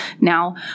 Now